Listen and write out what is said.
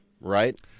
right